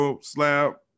slab